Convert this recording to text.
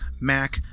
Mac